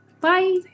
bye